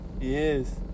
Yes